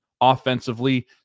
offensively